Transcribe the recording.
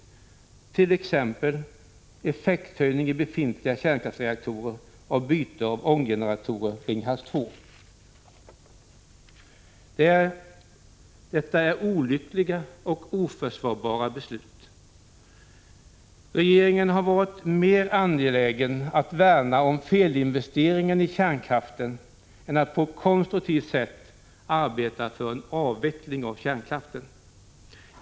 Det gäller t.ex. effekthöjning i befintliga kärnkraftsreaktorer och byte av ånggeneratorerna i Ringhals 2. Detta är olyckliga och oförsvarbara beslut. Regeringen har varit mer angelägen att värna om felinvesteringen i kärnkraften än att på ett konstruktivt sätt arbeta för en avveckling av kärnkraften.